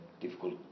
difficult